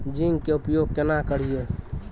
Zinc के उपयोग केना करये?